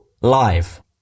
live